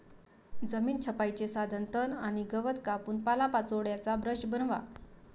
जमीन छपाईचे साधन तण आणि गवत कापून पालापाचोळ्याचा ब्रश बनवा